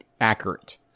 accurate